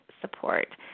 support